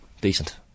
Decent